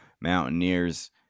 Mountaineers